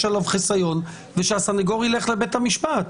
עליו חיסיון ושהסנגור ילך לבית המשפט.